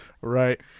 Right